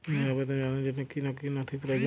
ঋনের আবেদন জানানোর জন্য কী কী নথি প্রয়োজন?